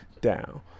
down